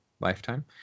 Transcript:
lifetime